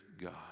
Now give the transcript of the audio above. God